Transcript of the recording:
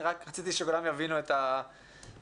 רציתי שכולם יבינו את הכלים.